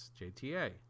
JTA